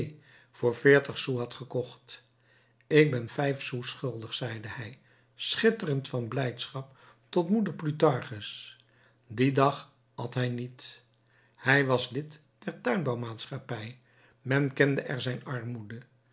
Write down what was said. voor veertig sous had gekocht ik ben vijf sous schuldig zeide hij schitterend van blijdschap tot moeder plutarchus dien dag at hij niet hij was lid der tuinbouw maatschappij men kende er zijn armoede